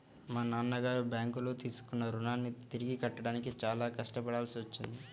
మా నాన్నగారు బ్యేంకులో తీసుకున్న రుణాన్ని తిరిగి కట్టడానికి చాలా కష్టపడాల్సి వచ్చింది